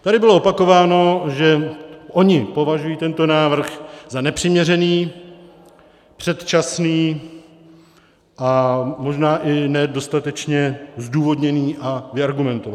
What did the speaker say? Tady bylo opakováno, že oni považují tento návrh za nepřiměřený, předčasný a možná i ne dostatečně zdůvodněný a vyargumentovaný.